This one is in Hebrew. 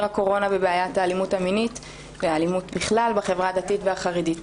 הקורונה ובעיית האלימות המינית ואלימות בכלל בחברה הדתית והחרדית.